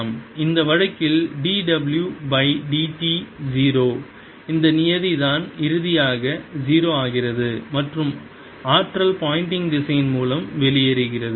இந்த வழக்கில் d w by d t 0 இந்த நியதி தான் இறுதியாக 0 ஆகிறது மற்றும் ஆற்றல் போயிண்டிங் திசையன் மூலம் வெளியேறுகிறது